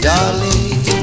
Darling